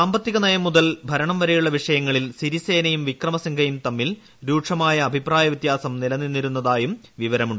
സാമ്പത്തികനയം മുതൽ ഭരണം വരെയുള്ള വിഷയങ്ങളിൽ സിരിസേനയും വിക്രമസിംഗെയും തമ്മിൽ രൂക്ഷമായ അഭിപ്രായ വിത്യാസം നിലനിന്നതായും വിവരമുണ്ട്